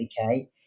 Okay